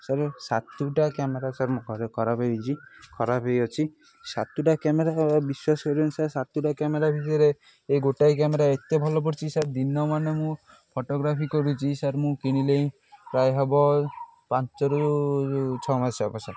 sir ସାତଟା camera sir ମୋ ଘରେ ଖରାପ ହେଇଛି ଖରାପ ହେଇଅଛି ସାତଟା କ୍ୟାମେରା ବିଶ୍ୱାସ କରିବେନି ସାର୍ ସାତଟା କ୍ୟାମେରା ଭିତରେ ଏ ଗୋଟାଏ କ୍ୟାମେରା ଏତେ ଭଲ ପଡ଼ିଛି ସାର୍ ଦିନ ମାନେ ମୁଁ ଫଟୋଗ୍ରାଫି କରୁଛି ସାର୍ ମୁଁ କିଣିଲେ ହିଁ ପ୍ରାୟ ହବ ପାଞ୍ଚରୁ ଛଅ ମାସ ଯାକ ସାର୍